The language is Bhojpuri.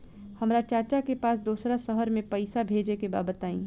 हमरा चाचा के पास दोसरा शहर में पईसा भेजे के बा बताई?